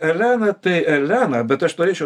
elena tai elena bet aš norėčiau